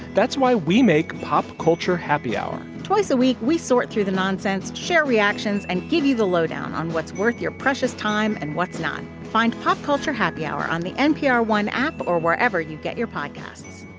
that's why we make pop culture happy hour twice a week, we sort through the nonsense, share reactions and give you the lowdown on what's worth your precious time and what's not. find pop culture happy hour on the npr one app or wherever you get your podcasts